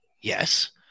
Yes